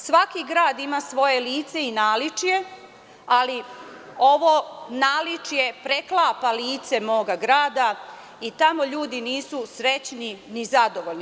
Svaki grad ima svoje lice i naličje ali ovo naličje preklapa lice moga grada i tamo ljudi nisu srećni i zadovoljni.